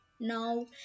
Now